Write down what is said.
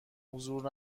حضور